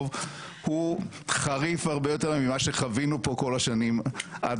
הוא חריף הרבה יותר ממה שחווינו פה כל השנים עד